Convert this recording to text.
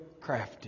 crafted